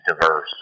diverse